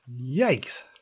Yikes